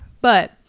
but-